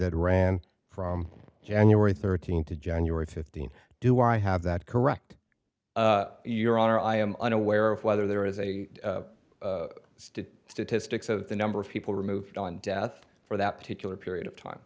that ran from january thirteenth to january fifteenth do i have that correct your honor i am unaware of whether there is a statistics of the number of people removed on death for that particular period of time